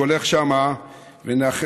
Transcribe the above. חשבתי לנצל את ההזדמנות הזאת ובאמת לברך